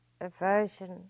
aversion